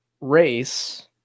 race